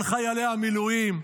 על חיילי המילואים,